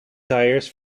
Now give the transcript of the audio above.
tyres